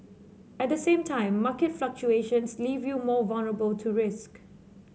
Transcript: at the same time market fluctuations leave you more vulnerable to risk